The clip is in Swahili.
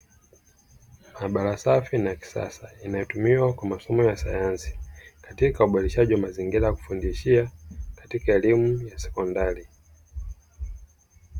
Maabara safi na ya kisasa inayotumiwa kwa masomo ya sayansi katika uboreshaji wa mazingira kufundishia katika elimu ya sekondari.